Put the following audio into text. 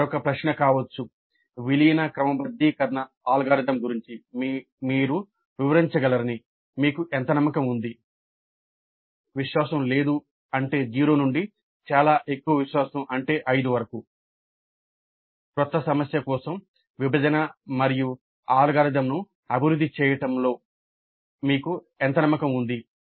మరొక ప్రశ్న కావచ్చు విలీన క్రమబద్ధీకరణ అల్గోరిథం గురించి మీరు వివరించగలరని మీకు ఎంత నమ్మకం ఉంది